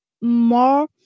more